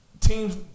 Teams